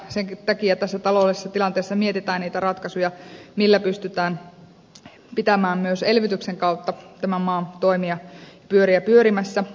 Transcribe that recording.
senkin takia tässä taloudellisessa tilanteessa mietitään niitä ratkaisuja millä pystytään pitämään myös elvytyksen kautta tämän maan toimia pyöriä pyörimässä